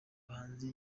bahanzi